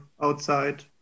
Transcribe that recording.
outside